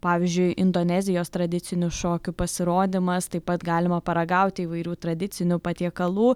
pavyzdžiui indonezijos tradicinių šokių pasirodymas taip pat galima paragauti įvairių tradicinių patiekalų